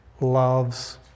loves